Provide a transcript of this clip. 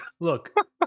look